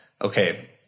okay